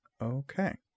Okay